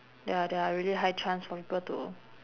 ya there're really high chance for people to